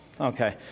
Okay